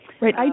Right